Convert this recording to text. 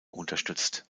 unterstützt